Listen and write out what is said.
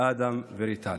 אדם וריתאל,